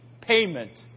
payment